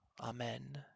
Amen